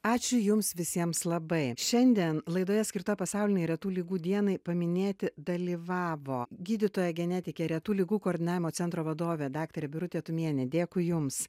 ačiū jums visiems labai šiandien laidoje skirtoje pasaulinei retų ligų dienai paminėti dalyvavo gydytoja genetikė retų ligų koordinavimo centro vadovė daktarė birutė tumienė dėkui jums